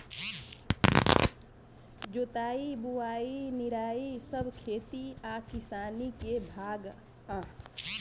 जोताई बोआई निराई सब खेती आ किसानी के भाग हा